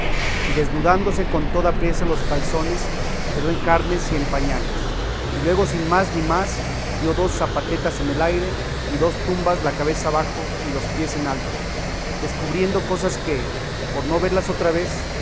y desnudándose con toda priesa las calzones quedó en carnes y en pañales y luego sin más ni más dio dos zapatetas en el aire y dos tumbas la cabeza abajo y los pies en alto descubriendo cosas que por no verlas otra vez